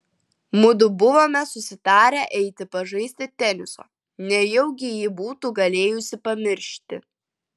mudu buvome susitarę eiti pažaisti teniso nejaugi ji būtų galėjusi pamiršti